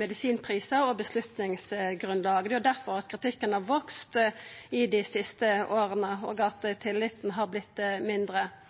medisinprisar og avgjerdsgrunnlag. Det er difor kritikken har vakse dei siste åra og tilliten har vorte mindre. Regjeringa vil lovfesta ei generell føresegn om at